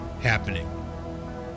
happening